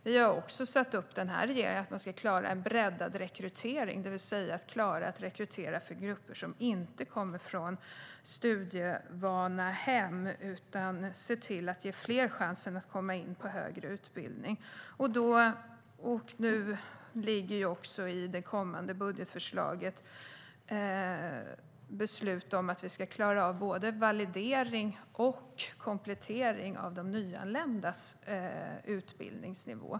Vi i den här regeringen har också satt upp målet att man ska klara en breddad rekrytering, det vill säga klara att rekrytera från grupper som inte kommer från studievana hem och se till att ge fler chansen att komma in på högre utbildning. I det kommande budgetförslaget ligger också beslut om att vi ska klara både validering och komplettering av de nyanländas utbildningsnivå.